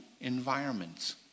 environments